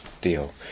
deal